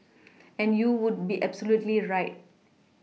and you would be absolutely right